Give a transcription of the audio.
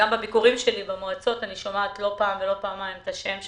ובביקורים שלי במועצות אני שומעת לא פעם ולא פעמיים את השם שלך,